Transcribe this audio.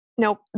nope